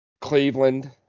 Cleveland